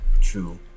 True